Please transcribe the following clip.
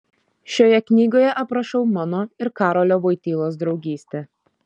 šioje knygoje aprašau mano ir karolio voitylos draugystę